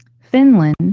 Finland